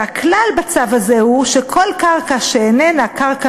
הכלל בצו הזה הוא שכל קרקע שאיננה קרקע